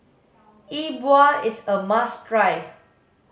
E Bua is a must try